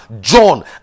John